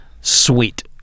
sweet